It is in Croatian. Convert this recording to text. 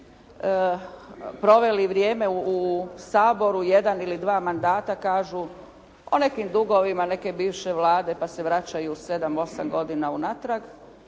proveli vrijeme u Saboru jedna ili dva mandata, kažu o nekim dugovima neke bivše Vlade, pa se vraćaju 7, 8 godina unatrag